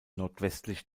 nordwestlich